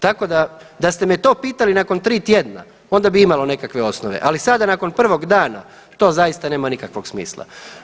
Tako da, da ste me to pitali nakon tri tjedna onda bi imalo nekakve osnove, ali sada nakon prvog dana to zaista nema nikakvog smisla.